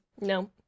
No